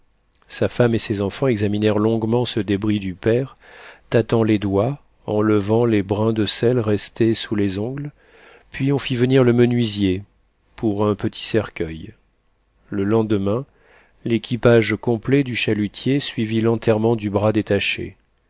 sa femme et ses enfants examinèrent longuement ce débris du père tâtant les doigts enlevant les brins de sel restés sous les ongles puis on fit venir le menuisier qui prit mesure pour un petit cercueil le lendemain l'équipage complet du chalutier suivit l'enterrement du bras détaché